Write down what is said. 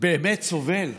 באמת סובל,